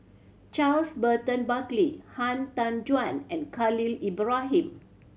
Charles Burton Buckley Han Tan Juan and Khalil Ibrahim